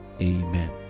Amen